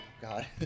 God